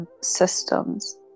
systems